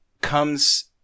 comes